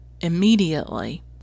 immediately